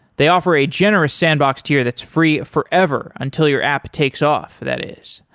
they offer a generous sandbox tier that's free forever until your app takes off that is.